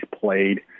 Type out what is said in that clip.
played